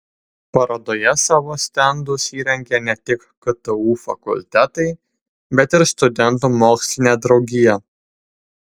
parodoje savo stendus įrengė ne tik ktu fakultetai bet ir studentų mokslinė draugija